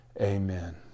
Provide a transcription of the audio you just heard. amen